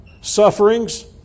sufferings